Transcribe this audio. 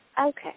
Okay